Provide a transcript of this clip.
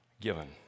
given